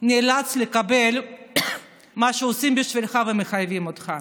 שנאלץ לקבל מה שעושים בשבילך ומחייבים אותך.